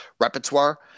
repertoire